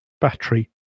battery